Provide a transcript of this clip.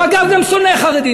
הוא, אגב, גם שונא חרדים.